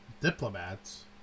diplomats